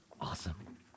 Awesome